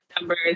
numbers